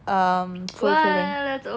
um fulfiling